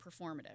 performative